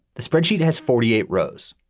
the spreadsheet has forty eight rows,